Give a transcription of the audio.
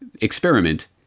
experiment